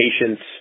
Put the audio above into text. patients